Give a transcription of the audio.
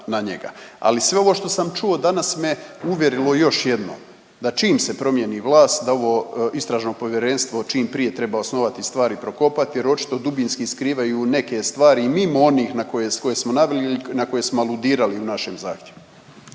Ali sve ovo što sam čuo danas me uvjerilo još jednom, da čim se promijeni vlast da ovo Istražno povjerenstvo čim prije treba osnovati i stvari prokopati jer očito dubinski skrivaju neke stvari i mimo onih na koje, koje smo naveli ili na koje smo